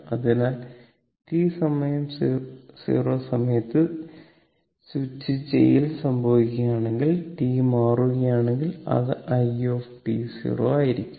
അതിനാൽ t 0 സമയത്ത് സ്വിച്ചുചെയ്യൽ സംഭവിക്കുകയാണെങ്കിൽ t മാറുകയാണെങ്കിൽ അത് i t 0 ആയിരിക്കും